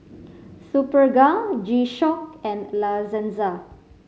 Superga G Shock and La Senza